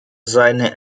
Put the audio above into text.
seine